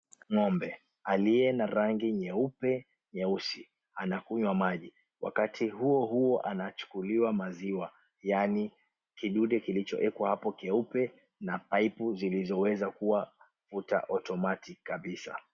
Ng'ombe aliye na rangi nyeupe nyeusi anakunywa maji. Wakati huo huo anachukuliwa maziwa, yaani kidude kilichoekwa hapo kieupe na paipu zilizoweza kuwa automatic kabisa.